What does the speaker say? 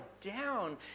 down